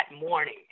morning